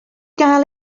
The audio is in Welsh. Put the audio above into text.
gael